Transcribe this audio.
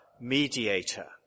mediator